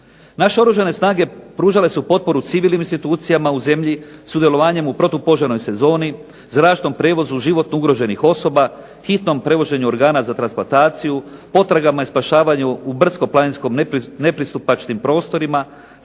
Naše Oružane snage pružale su potporu civilnim institucijama u zemlji, sudjelovanjem u protupožarnoj sezoni, zračnom prijevozu život ugroženih osoba, hitnom prevoženju organa za transplantaciju, potragama i spašavanju u brdsko-planinskim nepristupačnim prostorima,